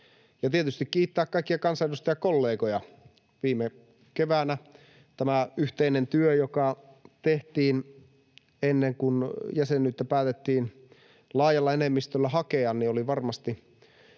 ja tietysti kiittää kaikkia kansanedustajakollegoja — viime keväänä tämä yhteinen työ, joka tehtiin ennen kuin jäsenyyttä päätettiin laajalla enemmistöllä hakea, oli varmasti